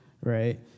right